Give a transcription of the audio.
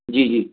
जी जी